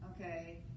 okay